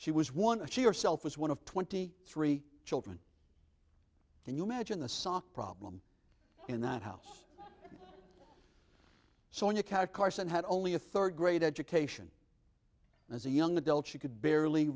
she was one a she herself was one of twenty three children can you imagine the sock problem in that house sonya carrot carson had only a third grade education and as a young adult she could barely